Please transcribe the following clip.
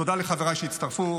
תודה לחבריי שהצטרפו,